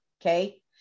Okay